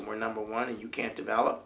we're number one and you can't develop